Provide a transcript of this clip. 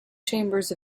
chambers